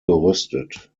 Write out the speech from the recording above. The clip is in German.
gerüstet